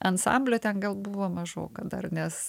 ansamblio ten gal buvo mažoka dar nes